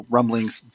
Rumblings